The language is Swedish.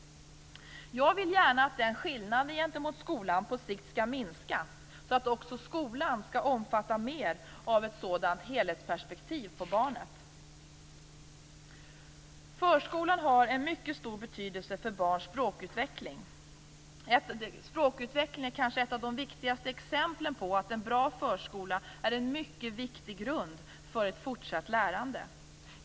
Jag vill gärna att den skillnaden gentemot skolan på sikt skall minska, så att också skolan skall omfatta mer av ett sådant helhetsperspektiv på barnet. Förskolan har en mycket stor betydelse för barns språkutveckling. Språkutvecklingen är kanske ett av de viktigaste exemplen på att en bra förskola är en mycket viktig grund för ett fortsatt lärande.